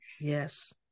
Yes